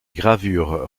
gravures